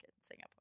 Singapore